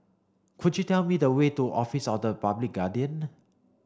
could you tell me the way to Office of the Public Guardian